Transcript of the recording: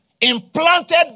implanted